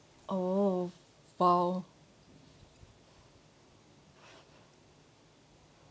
oh !wow!